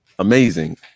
amazing